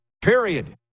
Period